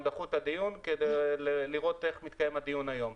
הם דחו את הדיון כדי לראות איך מתקיים הדיון היום.